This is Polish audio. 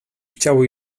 chciało